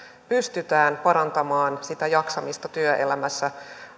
pystytään parantamaan sitä jaksamista työelämässä